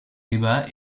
débat